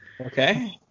okay